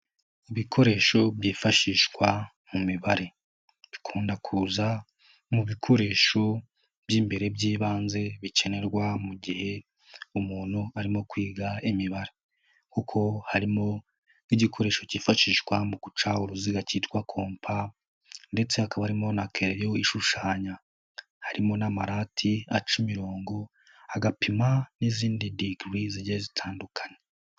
Ibikoresho byifashishwa mu mibare, dukunda kuza mu bikoresho by'imbere by'ibanze bikenerwa mu gihe umuntu arimo kwiga imibare kuko harimo n'igikoresho kifashishwa mu guca uruziga kitwa kompa ndetse hakaba harimo na keleyo ishushanya, harimo n'amarati aca imirongo, agapima n'izindi digiri zigiye zitandukanye.